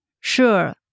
Sure